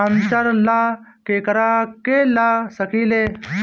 ग्रांतर ला केकरा के ला सकी ले?